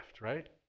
right